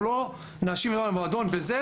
אנחנו לא נאשים את בעל המועדון בזה